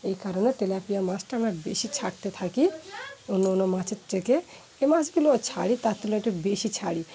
এই কারণে তেলাপিয়া মাছটা আমরা বেশি ছাড়তে থাকি অন্য অন্য মাছের থেকে এই মাছগুলো ছাড়ি তার তুলো একটু বেশি ছাড়ি